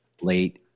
late